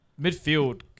midfield